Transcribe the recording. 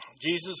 Jesus